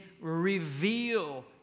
reveal